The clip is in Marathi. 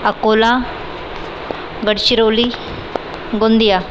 अकोला गडचिरोली गोंदिया